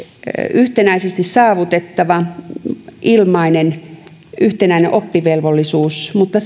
yhtenäisesti saavutettava ilmainen yhtenäinen oppivelvollisuus mutta